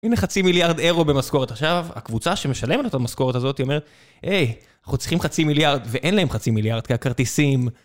הנה חצי מיליארד אירו במשכורת, עכשיו, הקבוצה שמשלמת את המשכורת הזאת, היא אומרת, היי, אנחנו צריכים חצי מיליארד ואין להם חצי מיליארד כי הכרטיסים